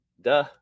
Duh